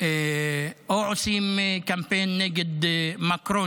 או עושים קמפיין נגד מקרון,